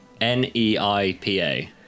N-E-I-P-A